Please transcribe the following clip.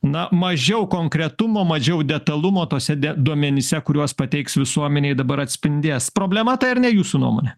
na mažiau konkretumo mažiau detalumo tuose duomenyse kuriuos pateiks visuomenei dabar atspindės problema tai ar ne jūsų nuomone